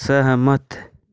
सहमत